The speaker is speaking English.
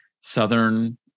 southern